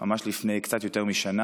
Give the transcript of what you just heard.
ממש לפני קצת יותר משנה.